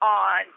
on